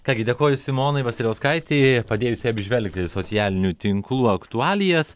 ką gi dėkoju simonai vasiliauskaitei padėjusiai apžvelgti socialinių tinklų aktualijas